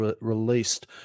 released